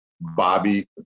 bobby